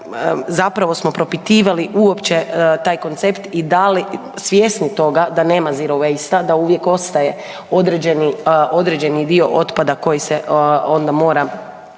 zapravo smo propitivali uopće taj koncept i da li, svjesni toga da nema …/Govornik se ne razumije/… da uvijek ostaje određeni, određeni dio otpada koji se onda mora